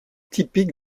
typique